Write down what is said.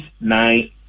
nine